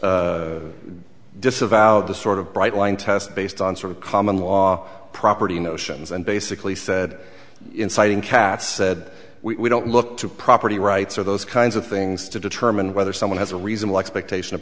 ruckus disavowed the sort of bright line test based on sort of common law property notions and basically said inciting katz said we don't look to property rights or those kinds of things to determine whether someone has a reasonable expectation of